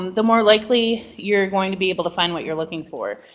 the more likely you're going to be able to find what you're looking for.